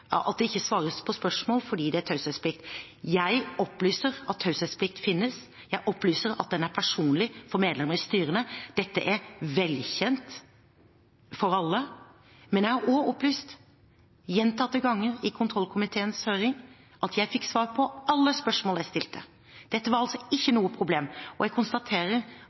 at det ikke svares på spørsmål fordi det er taushetsplikt. Jeg opplyser at taushetsplikt finnes, og jeg opplyser at den er personlig for medlemmer i styrene. Dette er velkjent for alle. Men jeg har også opplyst gjentatte ganger i kontrollkomiteens høring at jeg fikk svar på alle spørsmål jeg stilte. Dette var altså ikke noe problem. Jeg konstaterer